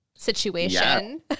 situation